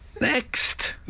Next